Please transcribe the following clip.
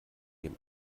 dem